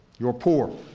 your poor,